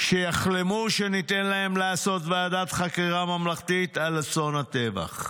"שיחלמו שניתן להם לעשות ועדת חקירה ממלכתית על אסון הטבח".